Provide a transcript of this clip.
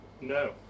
No